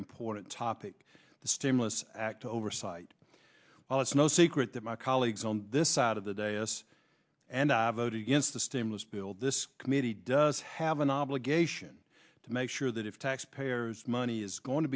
important topic the stimulus act oversight well it's no secret that my colleagues on this side of the day s and i voted against the stimulus bill this committee does have an obligation to make sure that if taxpayers money is going to